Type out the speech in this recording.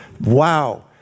Wow